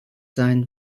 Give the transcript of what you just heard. sein